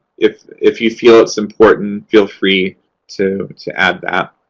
if if you feel it's important, feel free to to add that.